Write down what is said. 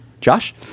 Josh